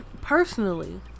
personally